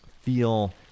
feel